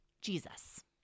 Jesus